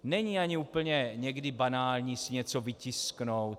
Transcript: Není ani úplně někdy banální si něco vytisknout.